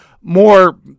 More